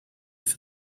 for